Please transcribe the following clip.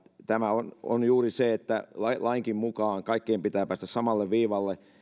tämä on on juuri se että lainkin mukaan kaikkien pitää päästä samalle viivalle